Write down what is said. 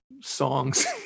songs